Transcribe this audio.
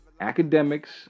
academics